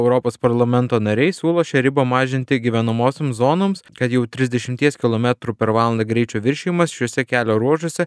europos parlamento nariai siūlo šią ribą mažinti gyvenamosioms zonoms kad jau trisdešimties kilometrų per valandą greičio viršijimas šiuose kelio ruožuose